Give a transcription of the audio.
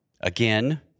Again